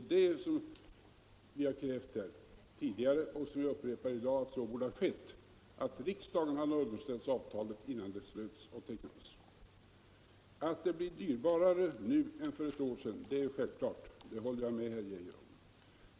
Vi har tidigare krävt och upprepar i dag att så borde ha skett. Riksdagen borde ha underställts avtalet innan det slöts. Att det blir dyrare nu än för ett år sedan håller jag självklart med herr Arne Geijer om.